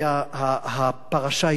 הפרשה ההיסטורית הזאת,